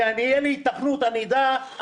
כשתהיה לי היתכנות, אני אדע.